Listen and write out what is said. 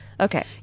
okay